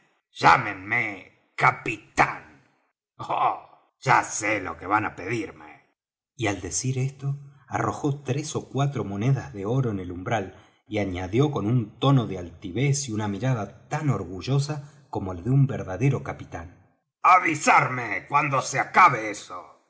llámenme capitán oh ya sé lo que van á pedirme al decir esto arrojó tres ó cuatro monedas de oro en el umbral y añadió con un tono de altivez y una mirada tan orgullosa como de un verdadero capitán avisarme cuando se acabe eso